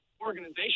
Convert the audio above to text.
Organization